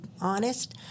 honest